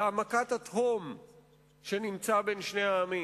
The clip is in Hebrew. להעמקת התהום שבין שני העמים.